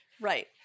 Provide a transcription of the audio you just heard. Right